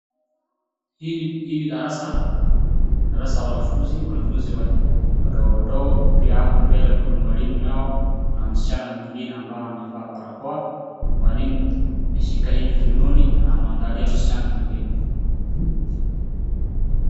Hii ni darasa, darasa la wanafunzi, wanafunzi wadogo wadogo, pia hapo mbele kuna mwalimu yao na msichana mwingine ambaye amevaa barakoa. Mwalimu ameshika hivi kiunoni anamwangalia msichana mwingine.